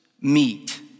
meet